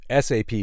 SAP